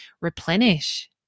replenish